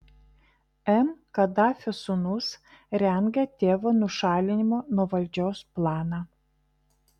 m kadafio sūnūs rengia tėvo nušalinimo nuo valdžios planą